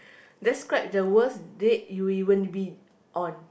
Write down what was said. describe the worst date you've even been on